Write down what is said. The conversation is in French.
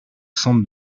centre